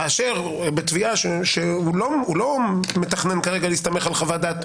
כשהוא לא מתכנן להסתמך על חוות דעת,